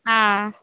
ஆ